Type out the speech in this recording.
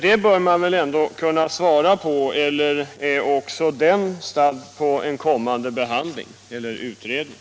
Det bör han i alla fall kunna svara på, eller blir det även här fråga om en kommande utredning?